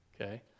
Okay